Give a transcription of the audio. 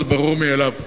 זה ברור מאליו.